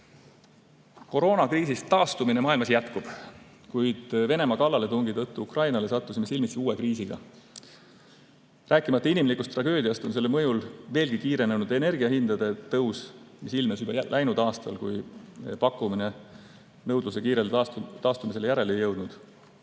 Koroonakriisist taastumine maailmas jätkub, kuid Venemaa kallaletungi tõttu Ukrainale sattusime silmitsi uue kriisiga. Rääkimata inimlikust tragöödiast on selle mõjul veelgi kiirenenud energiahindade tõus, mis ilmnes juba läinud aastal, kui pakkumine nõudluse kiirele taastumisele järele ei jõudnud.